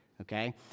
okay